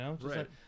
Right